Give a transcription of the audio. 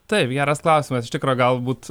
taip geras klausimas iš tikro galbūt